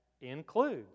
includes